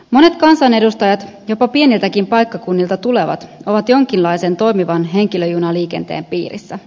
monet kansanedustajat jopa pieniltäkin paikkakunnilta tulevat ovat jonkinlaisen toimivan henkilöjunaliikenteen piirissä